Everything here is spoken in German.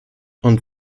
und